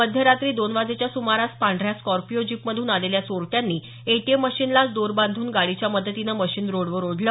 मध्यरात्री दोन वाजेच्या सुमारास पांढऱ्या स्कॉर्पिओ जीपमधून आलेल्या चोरट्यांनी एटीएम मशीनलाच दोर बांधून गाडीच्या मदतीने मशीन रोडवर ओढले